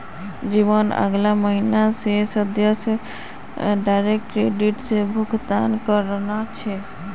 जिमत अगला महीना स सदस्यक डायरेक्ट क्रेडिट स भुक्तान करना छ